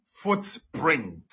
footprint